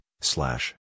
Slash